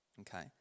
okay